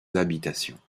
habitations